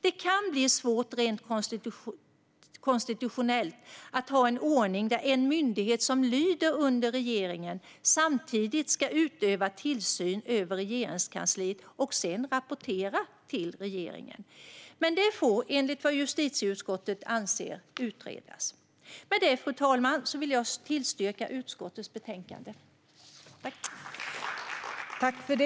Det kan bli svårt rent konstitutionellt att ha en ordning där en myndighet som lyder under regeringen samtidigt ska utöva tillsyn över Regeringskansliet och sedan rapportera till regeringen. Men det får, enligt vad justitieutskottet anser, utredas. Med det, fru talman, vill jag tillstyrka förslaget i utskottets betänkande.